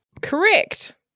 correct